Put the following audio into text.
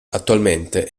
attualmente